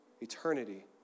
Eternity